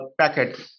packet